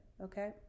okay